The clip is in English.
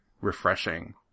refreshing